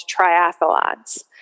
triathlons